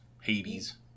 Hades